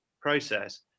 process